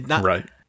Right